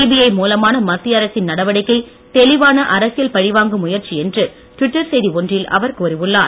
CBI மூலமான மத்திய அரசின் நடவடிக்கை தெளிவான அரசியல் பழிவாங்கும் முயற்சி என்று டுவிட்டர் செய்தி ஒன்றில் அவர் கூறி உள்ளார்